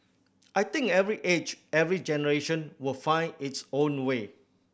I think every age every generation will find its own way